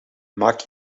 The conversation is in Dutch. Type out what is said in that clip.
maak